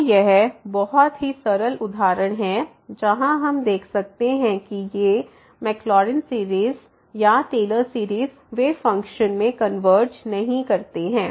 तो यह बहुत ही सरल उदाहरण है जहां हम देख सकते हैं कि ये मैकलॉरिन मैकलॉरिन या टेलर्स सीरीज़Taylor's series वे फ़ंक्शन में कन्वर्ज नहीं करते हैं